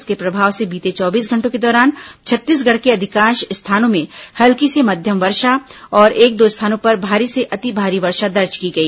इसके प्रभाव से बीते चौबीस घंटों के दौरान छत्तीसगढ़ के अधिकांश स्थानों में हल्की से मध्यम वर्षा तथा एक दो स्थानों पर भारी से अति भारी वर्षा दर्ज की गई